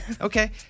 Okay